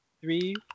three